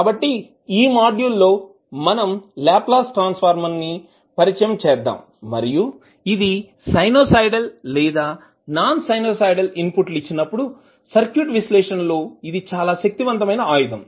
కాబట్టి ఈ మాడ్యూల్ లోమనం లాప్లాస్ ట్రాన్సఫర్మ్ ని పరిచయం చేద్దాం మరియు ఇది సైనుసోయిడల్ లేదా నాన్ సైనుసోయిడల్ ఇన్పుట్ లు ఇచ్చినప్పుడు సర్క్యూట్ విశ్లేషణ లో ఇది చాలా శక్తివంతమైన ఆయుధం